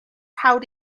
held